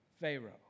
Pharaoh